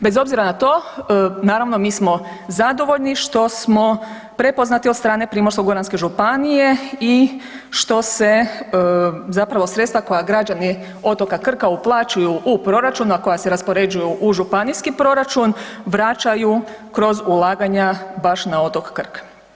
Bez obzira na to, naravno mi smo zadovoljni što smo prepoznati od strane Primorsko-goranske županije i što se zapravo sredstva koja građani otoka Krka uplaćuju u proračun a koja se raspoređuju u županijski proračun, vraćaju kroz ulaganja baš na otok Krk.